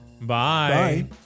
Bye